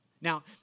Now